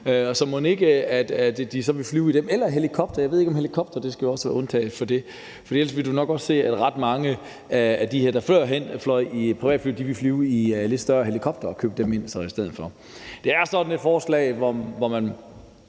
de så ville flyve i dem – eller helikoptere. Jeg ved ikke, om helikoptere også skal være undtaget fra det, for ellers ville man nok også se, at ret mange af de her, der førhen fløj i privatfly, ville flyve i lidt større helikoptere og altså købe dem ind i stedet for. Det er sådan et forslag, hvor man